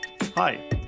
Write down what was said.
Hi